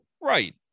right